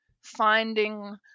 finding